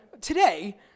Today